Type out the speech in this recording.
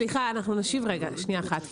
סליחה, אנחנו נשיב רגע, שנייה אחת.